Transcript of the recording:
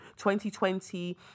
2020